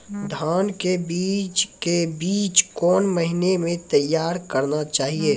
धान के बीज के बीच कौन महीना मैं तैयार करना जाए?